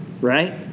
right